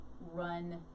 run